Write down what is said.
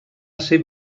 ser